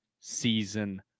season